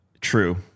true